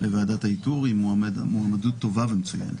לוועדת האיתור היא מועמדות טובה ומצוינת.